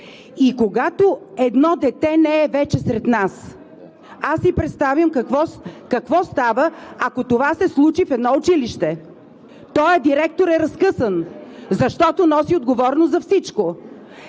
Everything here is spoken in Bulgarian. Когато едно дете вече не е сред нас, си представям какво става, ако това се случи в едно училище – този директор ще е разкъсан, защото носи отговорност за всичко.